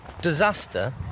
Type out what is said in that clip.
Disaster